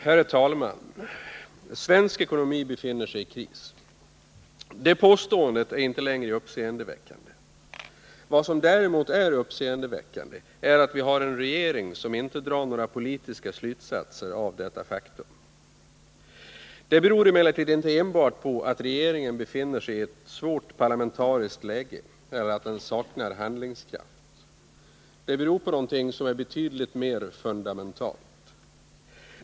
Herr talman! Svensk ekonomi befinner sig i kris. Det påståendet är inte längre uppseendeväckande. Vad som däremot är uppseendeväckande är att vi har en regering som inte drar några politiska slutsatser av detta faktum. Det beror emellertid inte enbart på att regeringen befinner sig i ett svårt parlamentariskt läge eller att den saknar handlingskraft. Det beror på någonting som är betydligt mer fundamentalt.